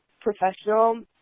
professional